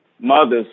mothers